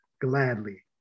gladly